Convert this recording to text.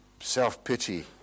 self-pity